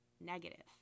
negative